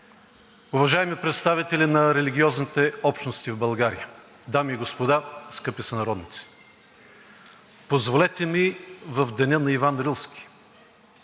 уважаеми представители на религиозните общности в България, дами и господа, скъпи сънародници! Позволете ми в деня на Иван Рилски,